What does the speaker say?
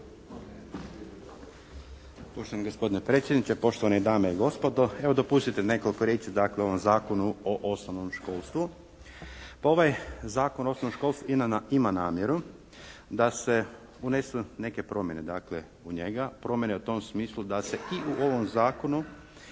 Poštovani gospodine predsjedniče, poštovane dame i gospodo. Evo dopustite nekoliko riječi dakle o ovom Zakonu o osnovnom školstvu. Pa ovaj Zakon o osnovnom školstvu ima namjeru da se unesu neke promjene dakle u njega. Promjene u tom smislu da se i u ovom Zakonu